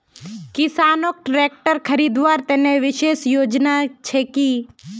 किसानोक ट्रेक्टर खरीदवार तने विशेष योजना छे कि?